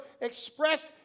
expressed